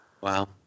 Wow